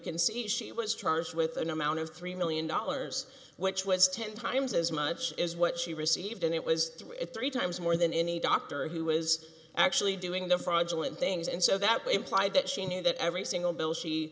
can see she was charged with an amount of three million dollars which was ten times as much as what she received and it was three times more than any doctor who was actually doing the fraudulent things and so that implied that she knew that every single bill she